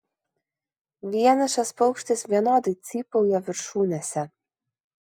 vienišas paukštis vienodai cypauja viršūnėse